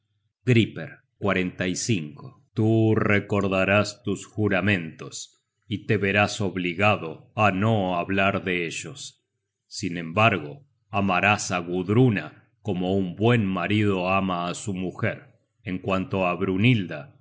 search generated at griper tú recordarás tus juramentos y te verás obligado á no hablar de ellos sin embargo amarás á gudruna como un buen marido ama á su mujer en cuanto á brynhilda